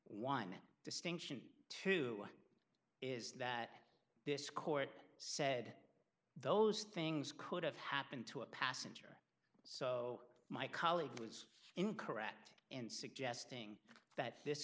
one distinction too is that this court said those things could have happened to a passenger so my colleague was in correct in suggesting that this